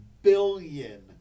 Billion